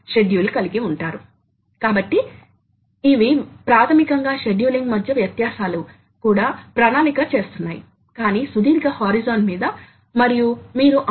మనం కలిగి ఉండాలనుకునే ఉత్పత్తి ని బట్టి కుదురు డ్రైవ్ల కోసం మనకు స్థిరమైన విద్యుత్ అవసరం అవుతుంది